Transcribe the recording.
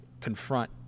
confront